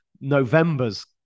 November's